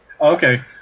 okay